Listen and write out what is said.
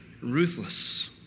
ruthless